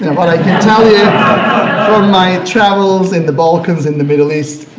and what i can tell you from my travels in the balkans, in the middle east,